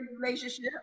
relationship